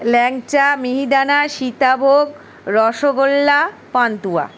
ল্যাংচা mihidana sitabhog rasgulla pantua